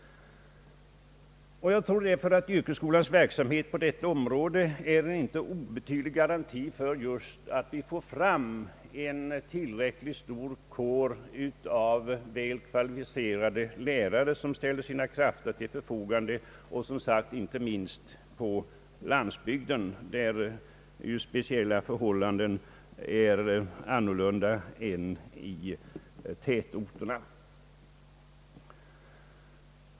Jag tror därför att yrkesskolans verksamhet på detta område är en inte obetydlig garanti just för att vi får fram en tillräckligt stor kår av väl kvalificerade lärare, som ställer sina krafter till förfogande, inte minst på landsbygden, där förhållandena som sagt är annorlunda än i tätorterna.